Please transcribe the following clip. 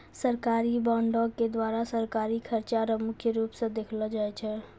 सरकारी बॉंडों के द्वारा सरकारी खर्चा रो मुख्य रूप स देखलो जाय छै